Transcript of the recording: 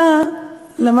שחוכמתה של הגיבורה של הסיפור,